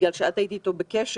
בגלל שאת היית איתו בקשר